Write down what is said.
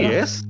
Yes